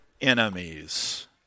enemies